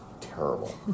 terrible